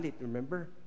remember